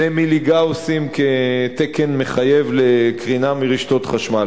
מיליגאוסים כתקן מחייב לקרינה מרשתות חשמל.